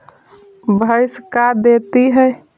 भैंस का देती है?